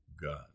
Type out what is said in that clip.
God